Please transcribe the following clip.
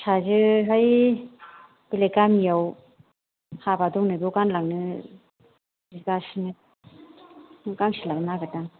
फिसाजोहाय बेलाय गामिआव हाबा दंनो बाव गानलांनो बिगासिनो बाव गांसे लांनो नागेरदां